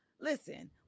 listen